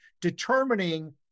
determining